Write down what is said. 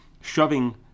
shoving